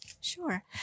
Sure